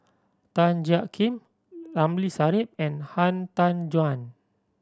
Tan Jiak Kim Ramli Sarip and Han Tan Juan